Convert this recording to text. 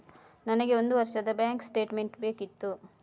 ನನಗೆ ಒಂದು ವರ್ಷದ ಬ್ಯಾಂಕ್ ಸ್ಟೇಟ್ಮೆಂಟ್ ಬೇಕಿತ್ತು